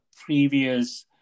previous